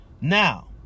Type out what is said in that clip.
now